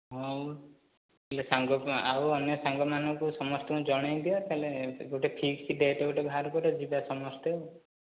ହଉ ହେଲେ ସାଙ୍ଗକୁ ଆଉ ଅନ୍ୟ ସାଙ୍ଗମାନଙ୍କୁ ସମସ୍ତଙ୍କୁ ଜଣେଇଦିଅ ତାହେଲେ ଗୋଟେ ଫିକ୍ସଡ଼୍ ଡେଟ୍ ଗୋଟେ ବାହାର କର ଯିବା ସମସ୍ତେ